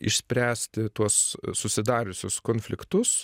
išspręsti tuos susidariusius konfliktus